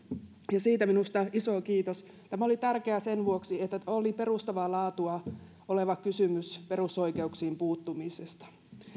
ja siitä minusta iso kiitos tämä oli tärkeää sen vuoksi että oli perustavaa laatua oleva kysymys perusoikeuksiin puuttumisesta